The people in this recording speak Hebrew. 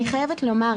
אני חייבת לומר,